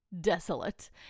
desolate